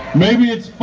maybe it's